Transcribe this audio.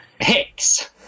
hex